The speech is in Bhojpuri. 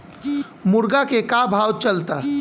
मुर्गा के का भाव चलता?